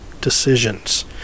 decisions